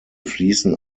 fließen